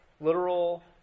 literal